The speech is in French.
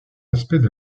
aspects